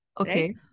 Okay